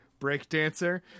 breakdancer